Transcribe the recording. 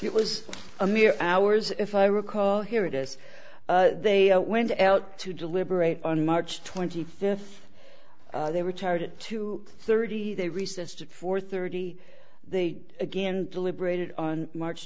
it was a mere hours if i recall here it is they went out to deliberate on march twenty fifth they were tired at two thirty they resisted for thirty they again deliberated on march